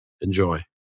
Enjoy